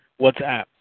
WhatsApp